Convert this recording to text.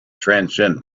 transcend